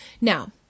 Now